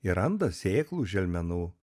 ir randa sėklų želmenų